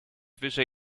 wyżej